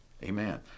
Amen